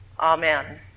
Amen